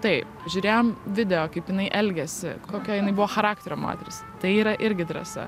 taip žiūrėjom video kaip jinai elgiasi kokio jinai buvo charakterio moteris tai yra irgi drąsa